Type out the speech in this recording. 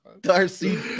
Darcy